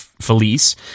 felice